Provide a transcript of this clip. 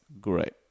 great